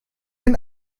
and